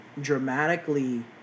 dramatically